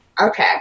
Okay